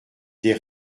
des